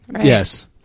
yes